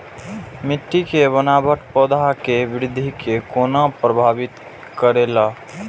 मिट्टी के बनावट पौधा के वृद्धि के कोना प्रभावित करेला?